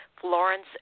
Florence